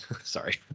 Sorry